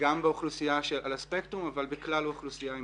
גם באוכלוסייה שעל הספקטרום אבל בכלל האוכלוסייה עם